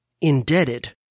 indebted